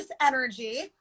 energy